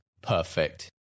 perfect